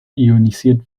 ionisiert